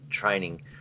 training